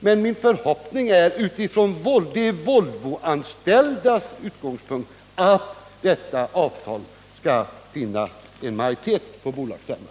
Men med hänsyn till de Volvoanställda är det min förhoppning att detta avtal skall vinna majoritet på bolagsstämman.